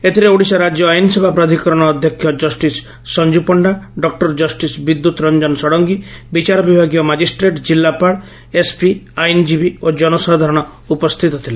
ଏଥିରେ ଓଡ଼ିଶା ରାଜ୍ୟ ଆଇନସେବା ପ୍ରାଧିକରଣ ଅଧ୍ୟକ୍ଷ କଷ୍ଟିସ୍ ସଞ୍ଚ ପଶ୍ତା ଡକୁର ଜଷିସ୍ ବିଦ୍ୟୁତ୍ ରଂଜନ ଷଡ଼ଙ୍ଗୀ ବିଚାର ବିଭାଗୀୟ ମାଜିଷ୍ଟ୍ରେଟ୍ ଜିଲ୍ଲାପାଳ ଏସ୍ପି ଆଇନଜୀବୀ ଓ ଜନସାଧାରଣ ଉପସ୍ସିତ ଥିଲେ